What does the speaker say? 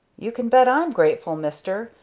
you can bet i'm grateful, mister,